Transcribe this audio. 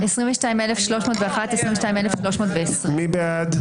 22,321 עד 22,340. מי בעד?